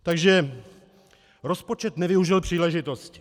Takže rozpočet nevyužil příležitosti.